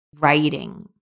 writing